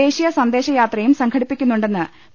ദേശീയ സന്ദേശ യാത്രയും സംഘടിപ്പിക്കുന്നുണ്ടെന്ന് പി